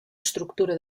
estructura